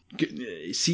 See